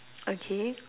okay